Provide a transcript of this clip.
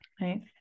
right